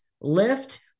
lift